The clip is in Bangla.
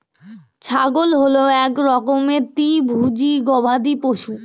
ছাগল হল এক রকমের তৃণভোজী গবাদি পশু